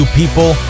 people